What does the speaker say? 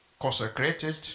consecrated